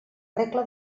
regla